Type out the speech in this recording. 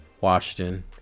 Washington